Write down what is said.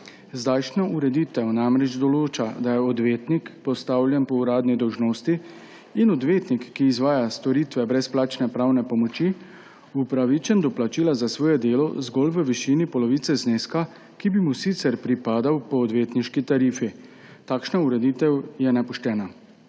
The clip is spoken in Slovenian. Zdajšnja ureditev namreč določa, da je odvetnik, postavljen po uradni dolžnosti, in odvetnik, ki izvaja storitve brezplačne pravne pomoči, upravičen do plačila za svoje delo zgolj v višini polovice zneska, ki bi mu sicer pripadal po odvetniški tarifi. Takšna ureditev je nepoštena.